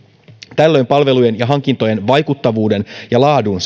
tällöin palvelujen ja hankintojen vaikuttavuuden ja laadun